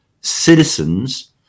citizens